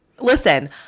Listen